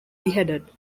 beheaded